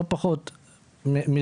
לא פחות מזה,